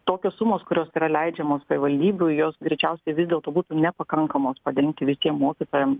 tokios sumos kurios yra leidžiamos savivaldybių jos greičiausiai vis dėlto būtų nepakankamos padengti visiem mokytojam